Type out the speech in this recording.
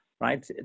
right